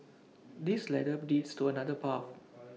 this ladder leads to another path